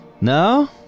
No